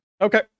Okay